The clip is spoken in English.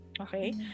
okay